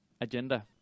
agenda